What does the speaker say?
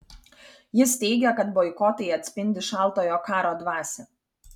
jis teigė kad boikotai atspindi šaltojo karo dvasią